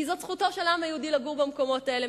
כי זאת זכותו של העם היהודי לגור במקומות האלה.